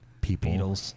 people